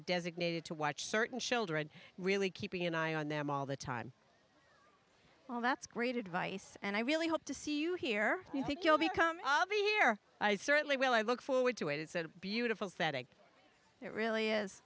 it designated to watch certain children really keeping an eye on them all the time well that's great advice and i really hope to see you here you think you'll become obvious here i certainly will i look forward to it it's a beautiful setting it really is